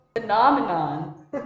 phenomenon